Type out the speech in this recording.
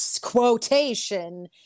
quotation